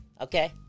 Okay